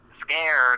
scared